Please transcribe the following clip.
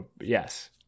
yes